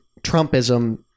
Trumpism